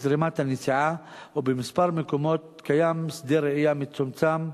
זרימת הנסיעה ובמספר מקומות קיים שדה ראייה מצומצם.